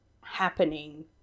happening